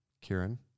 Kieran